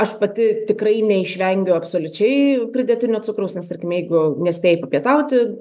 aš pati tikrai neišvengiu absoliučiai pridėtinio cukraus nes tarkime jeigu nespėji papietauti